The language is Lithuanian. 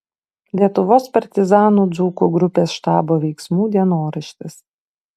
lietuvos partizanų dzūkų grupės štabo veiksmų dienoraštis